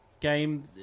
game